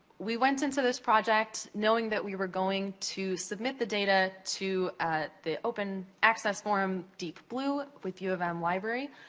we went into this project knowing that we were going to submit the data to the open access forum, deep blue, with u of m library.